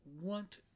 want